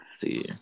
see